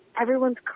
everyone's